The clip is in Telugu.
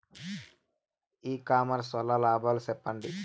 ఇ కామర్స్ వల్ల లాభాలు సెప్పండి?